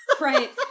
Right